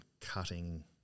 cutting